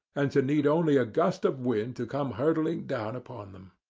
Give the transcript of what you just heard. and to need only a gust of wind to come hurtling down upon them.